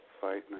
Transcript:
fighting